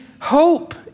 hope